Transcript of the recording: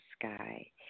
sky